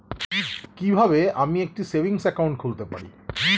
কি কিভাবে আমি একটি সেভিংস একাউন্ট খুলতে পারি?